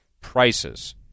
prices